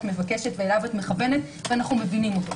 מבקשת ואליו את מכוונת ואנו מבינים אותו.